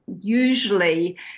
usually